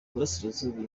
iburasirazuba